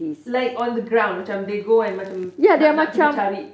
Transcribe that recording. like on the ground macam they go and macam nak nak pergi cari